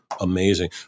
amazing